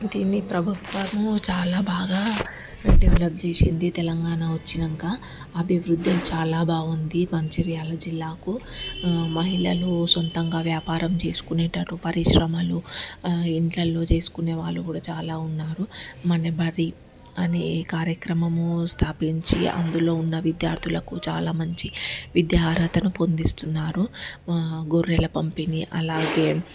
దీని ప్రభుత్వము చాలా బాగా డెవలప్ చేసింది తెలంగాణ వచ్చినాక అభివృద్ధి చాలా బాగుంది మంచిర్యాల జిల్లాకు మహిళలు సొంతంగా వ్యాపారం చేసుకునేటట్టు పరిశ్రమలు ఇంటిలలో చేసుకునే వాళ్ళు కూడా చాలా ఉన్నారు మన్నెపార్టీ అనే కార్యక్రమము స్థాపించి అందులో ఉన్న విద్యార్థులకు చాలా మంచి విద్యా అర్హతను పొందిస్తున్నారు గొర్రెల పంపిణీ అలాగే